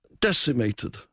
decimated